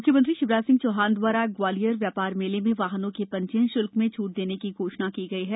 म्ख्यमंत्री शिवराज सिंह चौहान दवारा ग्वालियर व्यापार मेले में वाहनों के पंजीयन श्ल्क में छूट देने की घोषणा की है